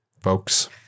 folks